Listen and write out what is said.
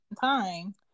time